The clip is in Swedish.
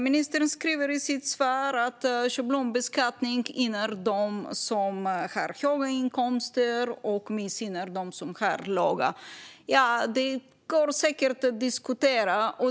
Ministern säger i sitt svar att schablonbeskattning gynnar dem som har höga inkomster och missgynnar dem som har låga. Det går säkert att diskutera.